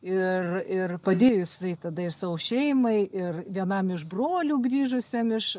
ir ir padėjo jisai tada ir savo šeimai ir vienam iš brolių grįžusiam iš